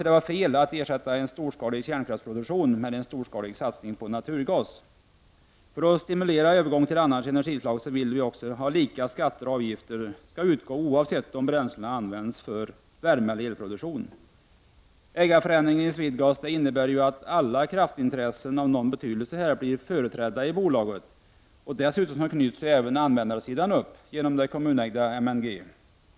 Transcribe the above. Det är fel att ersätta en storskalig kärnkraftproduktion med en storskalig satsning på naturgas. För att stimulera övergången till andra energislag vill vi också att lika skatter och avgifter skall utgå oavsett om bränslena används för värmeeller elproduktion. Ägarförändringen i SwedeGas innebär att alla kraftintressen av någon betydelse blir företrädda i bolaget, och dessutom knyts även användarsidan upp genom det kommunägda MNG.